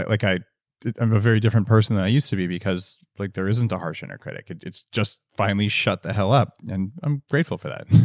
like i'm a very different person than i used to be, because like there isn't a harsh inner critic. it's just finally shut the hell up, and i'm grateful for that